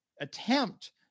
attempt